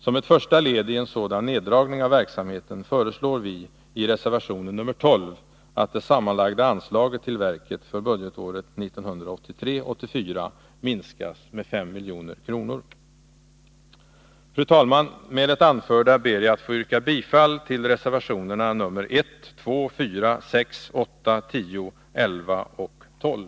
Som ett första led i en sådan neddragning av verksamheten föreslår vi i reservation 12 att det sammanlagda anslaget till verket för budgetåret 1983/84 minskas med 5 milj.kr. Fru talman! Med det anförda ber jag att få yrka bifall till reservationerna 1, 2, 4, 6, 8, 10, 11 och 12.